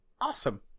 Awesome